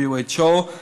WHO,